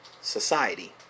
society